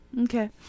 Okay